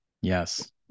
Yes